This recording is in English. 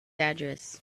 address